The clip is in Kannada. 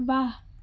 ವಾಹ್